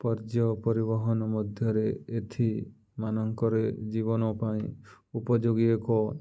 ପର୍ଯ୍ୟ ପରିବହନ ମଧ୍ୟରେ ଏଥି ମାନଙ୍କରେ ଜୀବନ ପାଇଁ ଉପଯୋଗୀ ଏକ